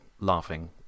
laughing